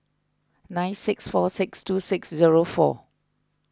nine six four six two six zero four